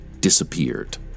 disappeared